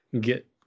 get